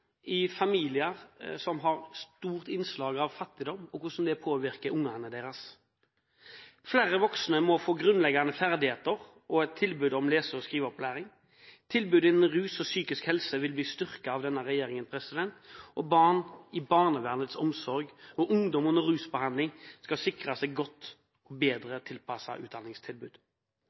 i familier som har stort innslag av fattigdom og hvordan det påvirker barna deres. Flere voksne må få grunnleggende ferdigheter og et tilbud om lese- og skriveopplæring. Tilbudet innenfor rus og psykisk helse vil bli styrket av denne regjeringen. Barn i barnevernets omsorg og ungdom under rusbehandling skal sikres et bedre tilpasset utdanningstilbud.